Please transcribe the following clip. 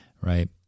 right